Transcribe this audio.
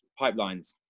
pipelines